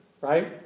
right